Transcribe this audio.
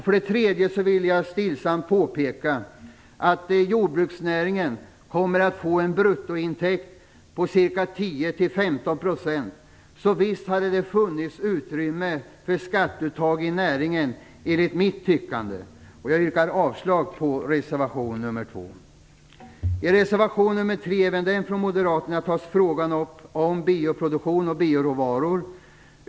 För det tredje vill jag stillsamt påpeka att jordbruksnäringen kommer att få en bruttointäkt på 10-15 %, så visst hade det funnits utrymme för skatteuttag i näringen, enligt mitt tyckande. Jag yrkar avslag på reservation nr 2. I reservation nr 3, även den från Moderaterna, tas frågan om bioproduktion och bioråvaror upp.